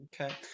Okay